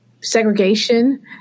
segregation